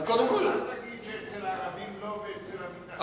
אז אל תגיד שאצל הערבים לא ואצל המתנחלים כן.